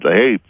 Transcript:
hey